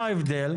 מה ההבדל?